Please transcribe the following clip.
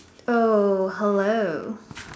oh hello